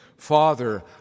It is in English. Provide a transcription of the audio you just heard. Father